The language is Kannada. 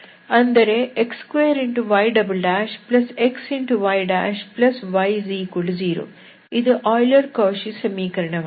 ಅಂದರೆ x2yxyy0 ಇದು ಆಯ್ಲರ್ ಕೌಶಿ ಸಮೀಕರಣವಾಗಿದೆ